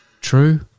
True